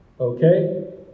okay